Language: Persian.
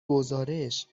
گزارش